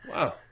Wow